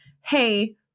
hey